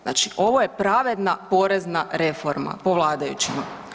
Znači ovo je pravedna porezna reforma po vladajućima.